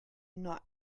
not